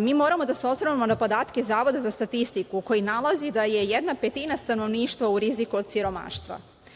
Mi moram oda se oslanjamo na podatke Zavoda za statistiku da je jedna petina stanovništva u riziku od siromaštva.